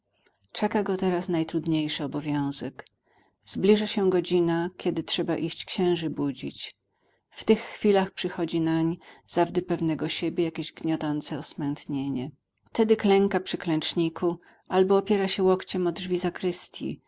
czeka go teraz najtrudniejszy obowiązek zbliża się godzina kiedy trzeba iść księży budzić w tych chwilach przychodzi nań zawdy pewnego siebie jakieś gniotące osmętnienie tedy klęka przy klęczniku albo opiera się łokciem o drzwi zakrystji